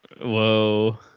Whoa